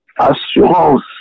assurance